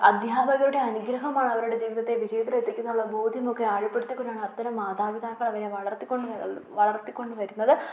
അധ്യാപകരുടെ അനുഗ്രഹമാണ് അവരുടെ ജീവിതത്തെ വിജയത്തിൽ എത്തിക്കുന്നത് എന്നുള്ള ബോധ്യം ഒക്കെ ആഴപ്പെടുത്തി കൊണ്ടാണ് അത്തരം മാതാപിതാക്കൾ അവരെ വളർത്തിക്കൊണ്ട് വളർത്തിക്കൊണ്ട് വരുന്നത്